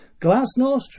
Glasnost